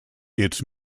its